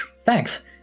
thanks